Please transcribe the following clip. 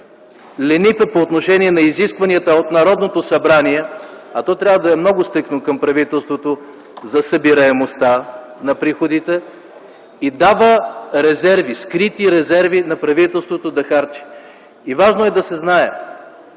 лимита по отношение изискванията от Народното събрание, което трябва да е много по-стриктно към правителството за събираемостта на приходите, и дава скрити резерви на правителството да харчи. Важно е да се знае,